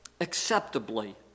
acceptably